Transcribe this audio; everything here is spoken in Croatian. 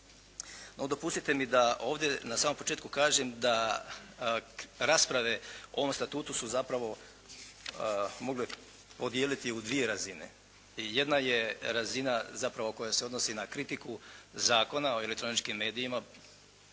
No, dopustite mi da ovdje na samom početku kažem da rasprave o ovom statutu su zapravo mogle podijeliti u dvije razine. Jedna je razina zapravo koja se odnosi na kritiku Zakona o elektroničkim medijima